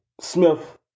Smith